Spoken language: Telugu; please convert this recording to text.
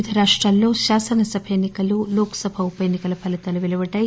వివిధ రాష్టాల్లో శాసన సభ ఎన్నికలు లోక్ సభ ఉపఎన్నికల ఫలీతాలు వెలువడ్డాయి